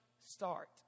start